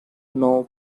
now